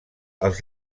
als